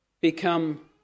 become